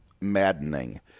maddening